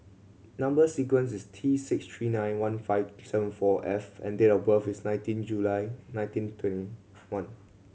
number sequence is T six three nine one five seven four F and date of birth is nineteen July nineteen twenty one